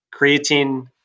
creatine